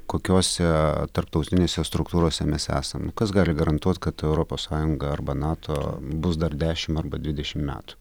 kokiose tarptautinėse struktūrose mes esam kas gali garantuot kad europos sąjunga arba nato bus dar dešimt arba dvidešimt metų